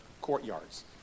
courtyards